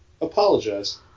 Apologize